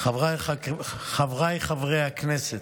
חבריי חברי הכנסת,